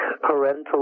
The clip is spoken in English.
parental